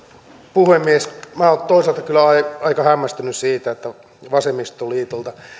puhemies minä olen toisaalta kyllä aika hämmästynyt siitä että vasemmistoliitosta